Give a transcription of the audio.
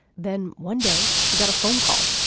then one day she got a phone call.